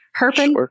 herping